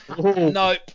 Nope